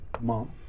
Mom